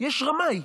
יש רמאי.